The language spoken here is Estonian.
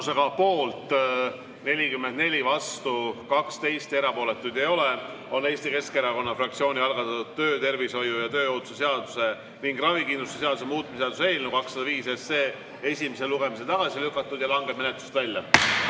poolt 44, vastu 12, erapooletuid ei ole, on Eesti Keskerakonna fraktsiooni algatatud töötervishoiu ja tööohutuse seaduse ning ravikindlustuse seaduse muutmise seaduse eelnõu 205 esimesel lugemisel tagasi lükatud ja langeb menetlusest välja.